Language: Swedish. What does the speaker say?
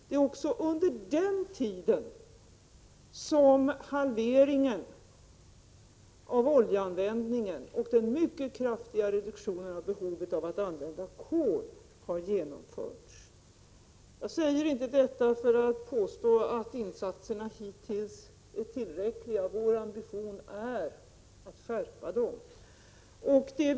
Det är också under den tiden som halveringen av oljeanvändningen och den mycket kraftiga reduktionen av behovet av att använda kol har genomförts. Jag säger inte detta för att jag vill påstå att insatserna hittills varit tillräckliga. Vår ambition är att öka dem.